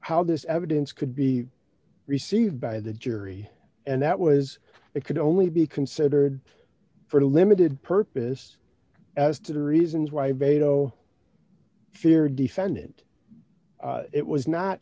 how this evidence could be received by the jury and that was it could only be considered for a limited purpose as to the reasons why bedo feared defendant it was not